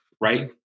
right